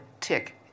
tick